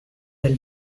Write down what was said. del